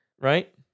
Right